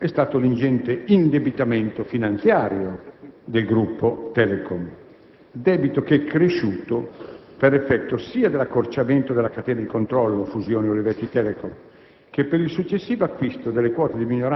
e quindi di competere sul mercato, è stato un ingente indebitamento finanziario del gruppo Telecom, debito che è cresciuto per effetto sia dell'accorciamento della catena di controllo (fusione Olivetti-Telecom)